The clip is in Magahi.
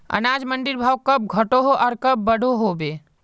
अनाज मंडीर भाव कब घटोहो आर कब बढ़ो होबे?